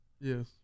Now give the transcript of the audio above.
Yes